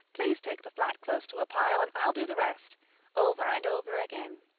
please take the flat close to a pile and i'll do the rest over and over again.